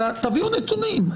אלא תביאו נתונים.